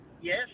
yes